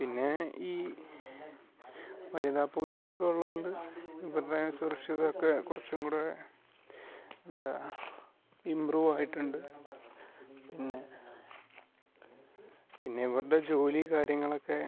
പിന്നെ ഈ വനിതാ പോലീസൊക്ക ഉള്ളതു കൊണ്ട് ഇവരുടെ സുരക്ഷിതമൊക്കെ കുറച്ചും കൂടെ എന്താണ് ഇംപ്രൂവ് ആയിട്ടുണ്ട് പിന്നെ പിന്നെ ഇവരുടെ ജോലി കാര്യങ്ങളൊക്കെ